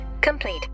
complete